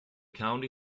county